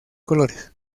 colores